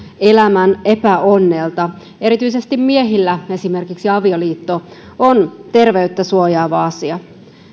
elämän epäonnelta erityisesti miehillä esimerkiksi avioliitto on terveyttä suojaava asia